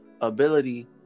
ability